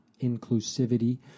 inclusivity